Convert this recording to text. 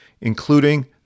including